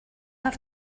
have